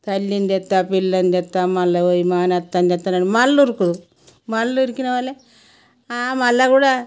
తల్లిని తెస్తా పిల్లని తెస్తా మళ్ళీ పోయి మేనత్తని తెస్తా అని మళ్ళీ ఉరుకు మళ్ళీ ఉరికిన వాళ్ళే మళ్ళీ కూడా